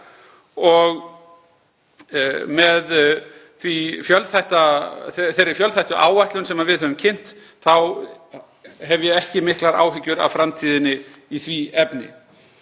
og með þeirri fjölþættu áætlun sem við höfum kynnt þá hef ég ekki miklar áhyggjur af framtíðinni í því efni.